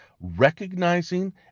recognizing